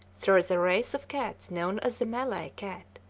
there is a race of cats known as the malay cat,